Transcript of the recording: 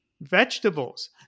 vegetables